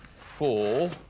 four,